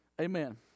Amen